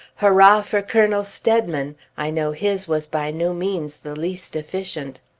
hurrah! for colonel steadman! i know his was by no means the least efficient!